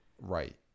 Right